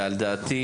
ועל דעתי,